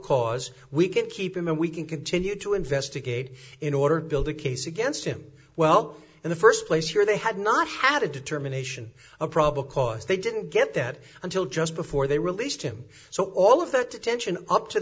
cause we can keep him and we can continue to investigate in order to build a case against him well in the first place where they had not had a determination of probable cause they didn't get that until just before they released him so all of that detention up to